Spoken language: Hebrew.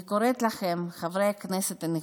אני קוראת לכם, חברי הכנסת הנכבדים,